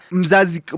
mzazi